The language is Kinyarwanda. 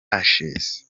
ashes